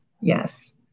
Yes